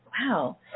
wow